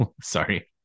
sorry